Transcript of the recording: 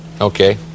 Okay